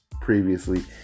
previously